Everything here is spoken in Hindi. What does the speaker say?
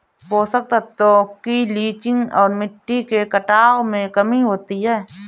पोषक तत्वों की लीचिंग और मिट्टी के कटाव में कमी होती है